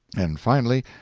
and, finally,